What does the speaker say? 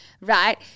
right